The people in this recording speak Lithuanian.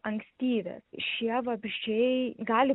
ankstyvi šie vabzdžiai gali